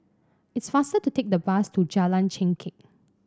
it's faster to take the bus to Jalan Chengkek